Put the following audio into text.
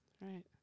Right